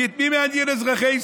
כי את מי מעניינים אזרחי ישראל?